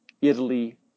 Italy